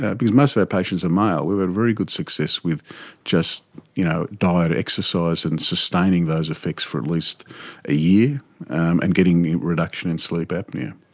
because most of our patients are male, we've had very good success with just you know diet, exercise and sustaining those effects for at least a year and getting a reduction in sleep apnoea.